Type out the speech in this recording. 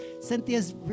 Cynthia's